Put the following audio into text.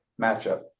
matchup